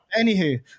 Anywho